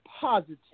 positive